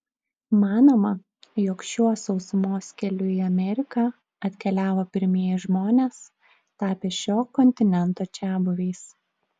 manoma jog šiuo sausumos keliu į ameriką atkeliavo pirmieji žmonės tapę šio kontinento čiabuviais